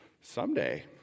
Someday